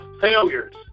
failures